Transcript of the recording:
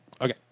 Okay